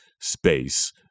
space